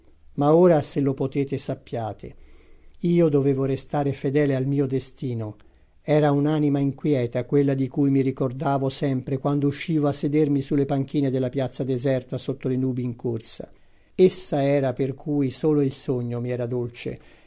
ma ora se lo potete sappiate io dovevo restare fedele al mio destino era un'anima inquieta quella di cui mi ricordavo sempre quando uscivo a sedermi sulle panchine della piazza deserta sotto le nubi in corsa essa era per cui solo il sogno mi era dolce